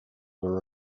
were